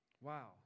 Wow